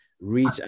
reach